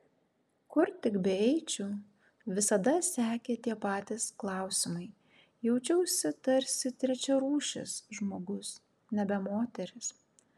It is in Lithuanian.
kur tik beeičiau visada sekė tie patys klausimai jaučiausi tarsi trečiarūšis žmogus nebe moteris